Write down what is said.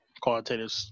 qualitative